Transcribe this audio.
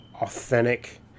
authentic